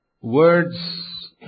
words